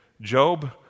Job